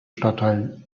stadtteil